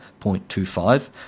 0.25